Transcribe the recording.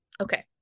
okay